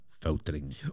filtering